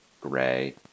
gray